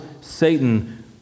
Satan